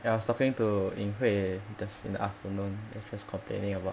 eh I was talking to ying hui this in the afternoon then she was complaining about